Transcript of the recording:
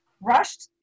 rushed